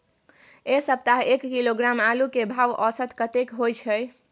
ऐ सप्ताह एक किलोग्राम आलू के भाव औसत कतेक होय छै?